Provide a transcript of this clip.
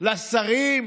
לשרים?